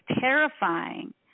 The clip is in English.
terrifying